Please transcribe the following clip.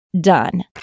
done